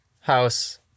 house